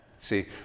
See